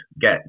get